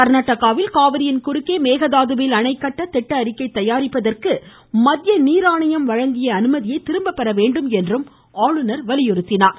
கர்நாடகாவில் காவிரியின் குறுக்கே மேகதாதுவில் அணை கட்ட திட்ட அறிக்கை தயாரிப்பதற்கு மத்திய நீர் ஆணையம் வழங்கிய அனுமதி திரும்பப் பெற வேண்டும் என்றும் ஆளுநர் வலியுறுத்தினார்